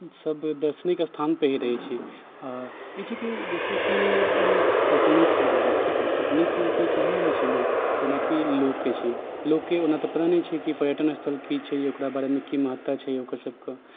सब दार्शनिक स्थान पे ही रहैत छै आ ई छै कि जैसेकि तकनीकके भेलै ठीक हइ तकनीकके उपयोग वहाँ होयत छै ने जेनाकि लोककेँ छै लोककेँ ओना तऽ पता नहि छै कि पर्यटन स्थल की छै ओकरा बारेमे की महत्ता छै ओकर सबके